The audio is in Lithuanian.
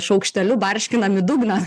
šaukšteliu barškinam į dugną